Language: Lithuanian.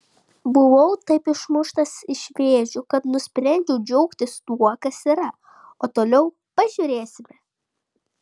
buvau taip išmuštas iš vėžių kad nusprendžiau džiaugtis tuo kas yra o toliau pažiūrėsime